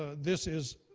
ah this is,